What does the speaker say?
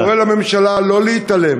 ואני קורא לממשלה לא להתעלם,